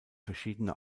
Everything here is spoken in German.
verschiedene